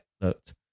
looked